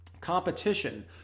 competition